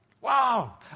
Wow